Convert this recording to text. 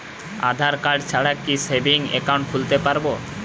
আধারকার্ড ছাড়া কি savings account খুলতে পারব?